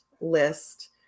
list